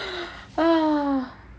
ah